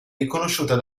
riconosciuta